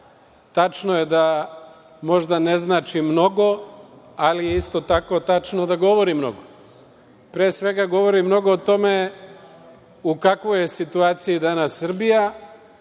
Tačno je da možda ne znači mnogo, ali je isto tako tačno da govori mnogo. Pre svega, govori mnogo o tome u kakvoj je situaciji danas Srbija